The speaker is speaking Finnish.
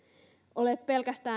ole pelkästään